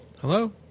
Hello